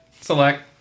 select